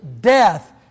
Death